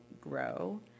grow